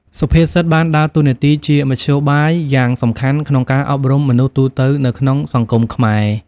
សុភាសិតបានដើរតួនាទីជាមធ្យោបាយយ៉ាងសំខាន់ក្នុងការអប់រំមនុស្សទូទៅនៅក្នុងសង្គមខ្មែរ។